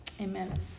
Amen